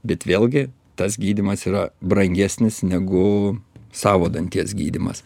bet vėlgi tas gydymas yra brangesnis negu savo danties gydymas